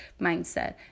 mindset